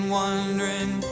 wondering